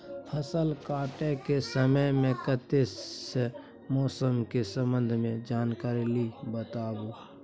फसल काटय के समय मे कत्ते सॅ मौसम के संबंध मे जानकारी ली बताबू?